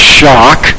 shock